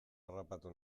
harrapatu